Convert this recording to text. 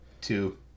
two